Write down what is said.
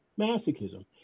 masochism